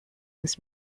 this